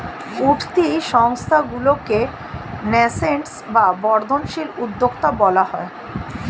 উঠতি সংস্থাগুলিকে ন্যাসেন্ট বা বর্ধনশীল উদ্যোক্তা বলা হয়